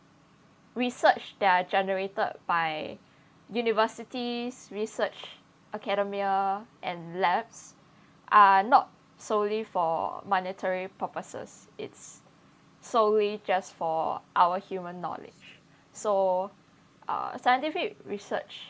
research that are generated by universities research academia and labs are not solely for monetary purposes it's solely just for our human knowledge so uh scientific research